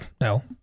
no